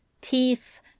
Teeth